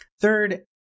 Third